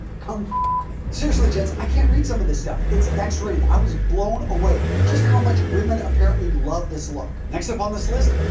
come um me. seriously, gents, i can't read some of these stuff. it's x-rated. i was blown away just how much women apparently love this look. next up on this list,